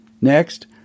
Next